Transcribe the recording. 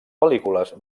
pel·lícules